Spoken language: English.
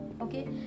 Okay